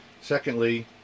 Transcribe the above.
Secondly